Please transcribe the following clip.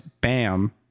bam